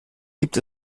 gibt